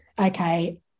okay